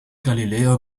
galileo